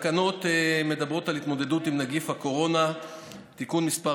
התקנות מדברות על התמודדות עם נגיף הקורונה (תיקון מס'